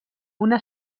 una